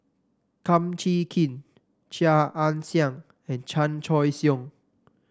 Kum Chee Kin Chia Ann Siang and Chan Choy Siong